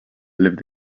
lived